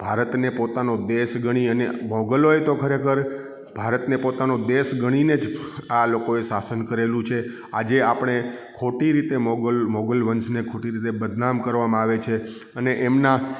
ભારતને પોતાનો દેશ ગણી અને મોગલોએ તો ખરેખર ભારતને પોતાનો દેશ ગણી ને જ આ લોકોએ શાસન કરેલું છે આજે આપણે ખોટી રીતે મોગલ મોગલ વંશને ખોટી રીતે બદનામ કરવામાં આવે છે અને એમના